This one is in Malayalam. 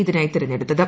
ഇതിനായി തെരഞ്ഞെടുത്തത്